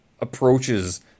approaches